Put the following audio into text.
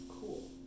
Cool